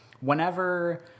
whenever